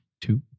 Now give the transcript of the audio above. two